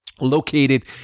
located